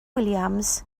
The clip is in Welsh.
williams